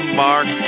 mark